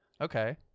Okay